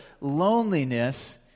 loneliness